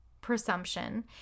presumption